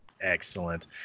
Excellent